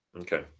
Okay